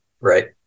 Right